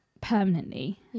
permanently